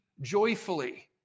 joyfully